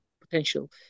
potential